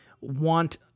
want